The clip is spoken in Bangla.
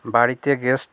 বাড়িতে গেস্ট